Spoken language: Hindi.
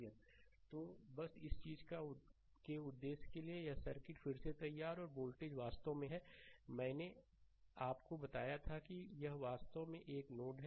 स्लाइड समय देखें 1021 तो बस इस चीज के उद्देश्य के लिए यह सर्किट फिर से तैयार और वोल्टेज वास्तव में है मैंने आपको बताया था कि यह वास्तव में एक नोड है